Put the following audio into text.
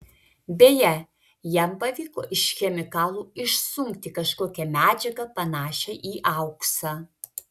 beje jam pavyko iš chemikalų išsunkti kažkokią medžiagą panašią į auksą